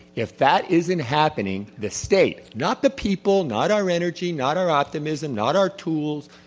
if that isn't happening, the state, not the people, not our energy, not our optimism, not our tools,